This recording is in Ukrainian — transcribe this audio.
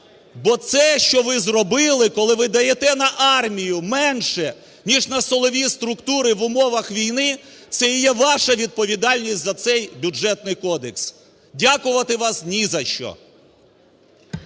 Бо це, що ви зробили, коли ви даєте на армію менше ніж на силові структури в умовах війни, це є і ваша відповідальність за цей Бюджетний кодекс. Дякувати вас ні за що.